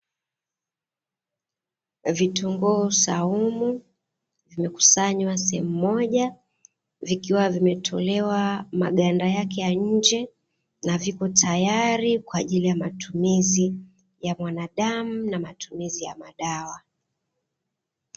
Vitungu saumu vimekusanywa sehemu moja vikiwa vimetolewa maganda yake ya nje na vipo tayari kwa ajili ya matumizi ya mwandamu na matumizi ya madawa.